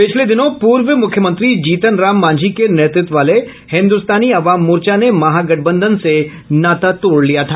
पिछले दिनों पूर्व मुख्यमंत्री जीतन राम मांझी के नेतृत्व वाले हिन्दुस्तानी अवाम मोर्चा ने महागठबंधन से नाता तोड़ लिया था